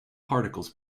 particles